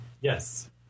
yes